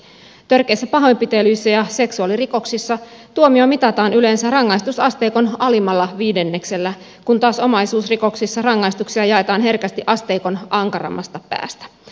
törkeissä pahoinpitelyissä ja seksuaalirikoksissa tuomio mitataan yleensä rangaistusasteikon alimmalla viidenneksellä kun taas omaisuusrikoksissa rangaistuksia jaetaan herkästi asteikon ankarammasta päästä